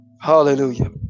hallelujah